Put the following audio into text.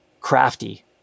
crafty